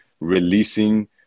releasing